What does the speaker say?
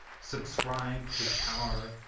subscrib'd his pow'r!